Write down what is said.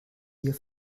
hier